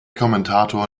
kommentator